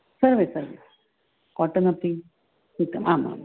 सम्यक् तर्हि काटन् अपि उत्तमम् आमाम्